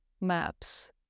maps